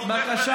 תומך במחבלים.